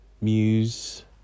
Muse